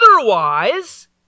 Otherwise